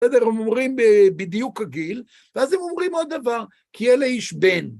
בסדר, הם אומרים בדיוק גיל, ואז הם אומרים עוד דבר, כי אלה איש בן.